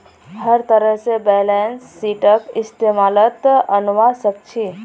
हर तरह से बैलेंस शीटक इस्तेमालत अनवा सक छी